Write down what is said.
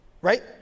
right